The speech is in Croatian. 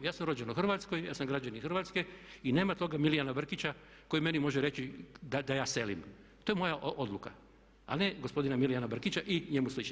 Ja sam rođen u Hrvatskoj, ja sam građanin Hrvatske i nema toga Milijana Brkića koji meni može reći da ja selim, to je moja odluka a ne gospodina Milijana Brkića i njemu sličnih.